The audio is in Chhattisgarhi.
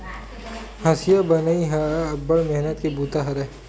हँसिया बनई ह अब्बड़ मेहनत के बूता हरय